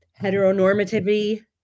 heteronormativity